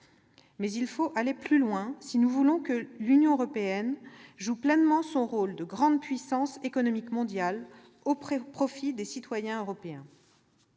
Mais il faut aller plus loin si nous voulons que l'Union européenne joue pleinement son rôle de grande puissance économique mondiale au profit des citoyens européens.